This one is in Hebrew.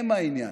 הם העניין.